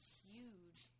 huge